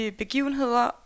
begivenheder